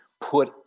put